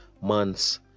months